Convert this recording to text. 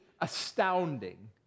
astounding